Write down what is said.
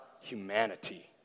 humanity